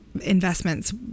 investments